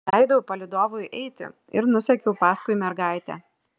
leidau palydovui eiti ir nusekiau paskui mergaitę